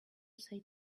say